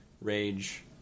rage